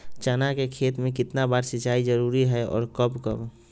चना के खेत में कितना बार सिंचाई जरुरी है और कब कब?